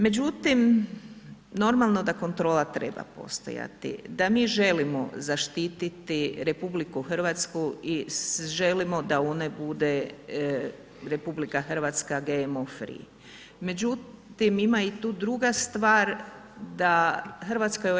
Međutim, normalno da kontrola treba postojati, da mi želimo zaštititi RH i želimo da ona bude RH GMO free, međutim ima i tu druga stvar da Hrvatska je u EU.